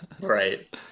Right